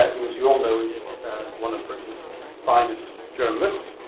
who as you all know is one of britain's finest journalists